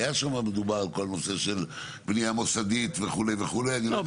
היה שם מדובר על כל הנושא של בנייה מוסדית וכו' וכו' טוב,